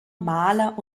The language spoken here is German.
maler